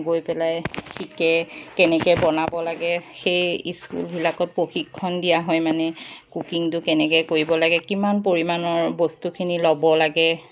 গৈ পেলাই শিকে কেনেকৈ বনাব লাগে সেই স্কুলবিলাকত প্ৰশিক্ষণ দিয়া হয় মানে কুকিঙটো কেনেকৈ কৰিব লাগে কিমান পৰিমাণৰ বস্তুখিনি ল'ব লাগে